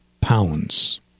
pounds